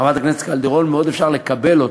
חברת הכנסת קלדרון, מאוד אפשר לקבל אותו,